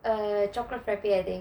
uh chocolate frappe I think